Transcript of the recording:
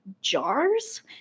jars